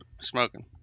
smoking